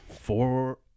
four